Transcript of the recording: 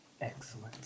Excellent